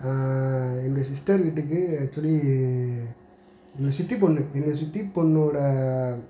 எங்கள் சிஸ்டர் வீட்டுக்கு ஆக்சுவலி எங்கள் சித்தி பொண்ணு எங்கள் சித்தி பொண்ணோடய